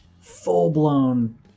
full-blown